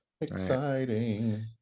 Exciting